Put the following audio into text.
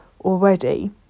already